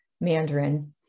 Mandarin